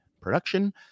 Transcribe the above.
production